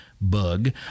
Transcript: Bug